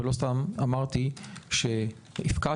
לא סתם אמרתי שהפקעתי.